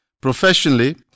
Professionally